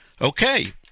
Okay